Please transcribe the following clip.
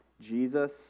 Jesus